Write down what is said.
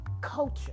culture